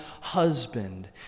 husband